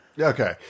okay